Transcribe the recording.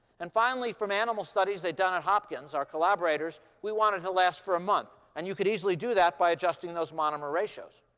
and finally, from animal studies they'd done at hopkins, our collaborators, we want it to last for a month. and you could easily do that by adjusting those monomer ratios.